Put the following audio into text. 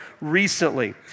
recently